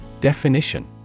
Definition